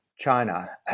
China